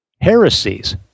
heresies